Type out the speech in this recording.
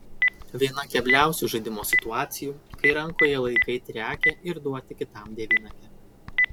viena kebliausių žaidimo situacijų kai rankoje laikai triakę ir duoti kitam devynakę